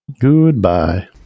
Goodbye